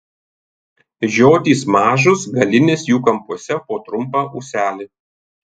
žiotys mažos galinės jų kampuose po trumpą ūselį